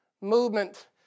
movement